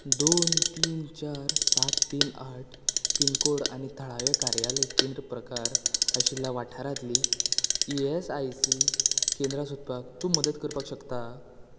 दोन तीन चार सात तीन आठ पीन कोड आनी थळावें कार्यालय केंद्र प्रकार आशिल्ल्या वाठारांतलीं ई एस आय सी केंद्रां सोदपाक तूं मदत करपाक शकता